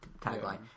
tagline